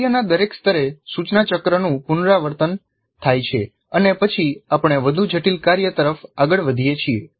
કાર્યના દરેક સ્તરે સૂચના ચક્રનું પુનરાવર્તન થાય છે અને પછી આપણે વધુ જટિલ કાર્ય તરફ આગળ વધીએ છીએ